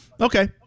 okay